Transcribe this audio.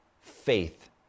faith